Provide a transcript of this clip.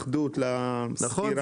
להתאחדות, לסקירה.